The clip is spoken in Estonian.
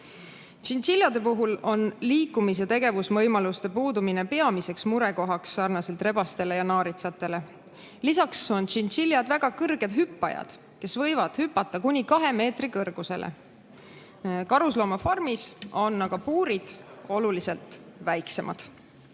tšintšiljade puhul on liikumis- ja tegevusvõimaluste puudumine peamiseks murekohaks sarnaselt rebastele ja naaritsatele. Lisaks on tšintšiljad väga head hüppajad, nad võivad hüpata kuni kahe meetri kõrgusele. Karusloomafarmis on puurid oluliselt väiksemad